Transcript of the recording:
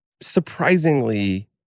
surprisingly